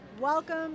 Welcome